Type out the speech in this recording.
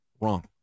Wrong